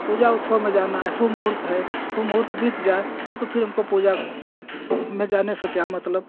पूजा उत्सव में जाना है शुभ मुहूर्त है शुभ मुहूर्त बीत जाए तो फिर हमको पूजा में में जाने से क्या मतलब